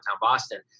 Boston